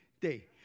day